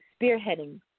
spearheading